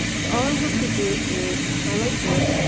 so all i have to do is, highlight this,